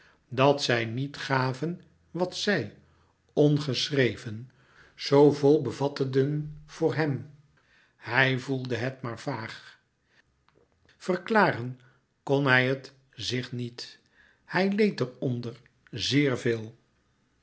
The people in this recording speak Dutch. dat zij niet gaven wat zij ongeschreven zoo vol bevatteden voor hem hij voelde het maar vaag verklaren kon hij het zich niet hij leed er onder zeer veel